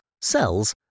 cells